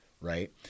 Right